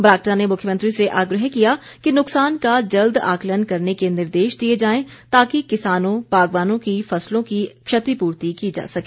बरागटा ने मुख्यमंत्री से आग्रह किया कि नुकसान का जल्द आकलन करने के निर्देश दिए जाएं ताकि किसानों बागवानों की फसलों की क्षतिपूर्ति की जा सके